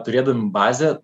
turėdami bazę